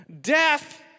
Death